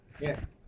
Yes